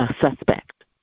Suspect